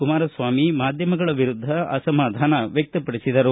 ಕುಮಾರಸ್ವಾಮಿ ಮಾಧ್ಯಮಗಳ ವಿರುದ್ಧ ಅಸಮಾಧಾನ ವ್ಯಕ್ತಪಡಿಸಿದರು